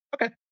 Okay